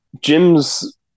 Jim's